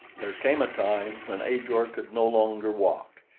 there came a time when ajor could no longer walk,